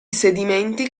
sedimenti